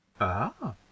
Ah